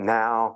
now